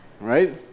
Right